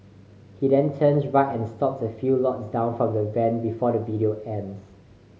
he then turns right and stops a few lots down from the van before the video ends